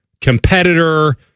competitor